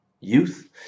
youth